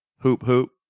hoop-hoop